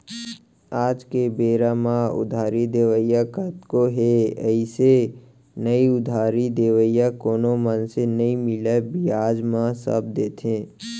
आज के बेरा म उधारी देवइया कतको हे अइसे नइ उधारी देवइया कोनो मनसे नइ मिलय बियाज म सब देथे